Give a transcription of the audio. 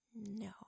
no